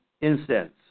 incense